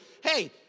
hey